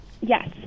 Yes